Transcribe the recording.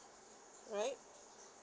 right